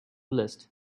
list